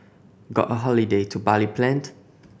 got a holiday to Bali planned